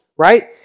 Right